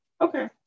Okay